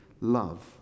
love